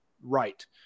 right